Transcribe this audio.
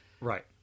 Right